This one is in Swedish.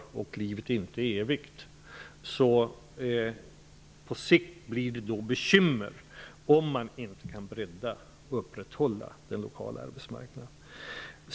Eftersom livet inte är evigt blir det bekymmer på sikt om man inte kan bredda och upprätthålla den lokala arbetsmarknaden.